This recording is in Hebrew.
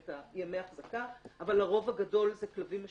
את ימי ההחזקה אבל הרוב הגדול זה כלבים משוטטים,